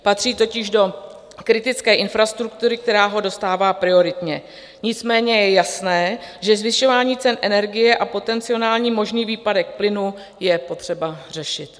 Patří totiž do kritické infrastruktury, která ho dostává prioritně, nicméně je jasné, že zvyšování cen energie a potenciální možný výpadek plynu je potřeba řešit.